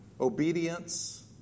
obedience